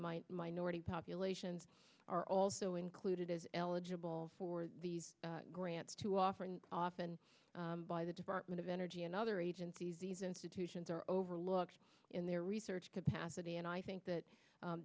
might minority populations are also included as eligible for these grants to offer often by the department of energy and other agencies these institutions are overlooked in their research capacity and i think that